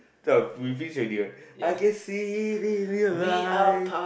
we finish already right I can see in your eyes